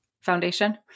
foundation